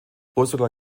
ursula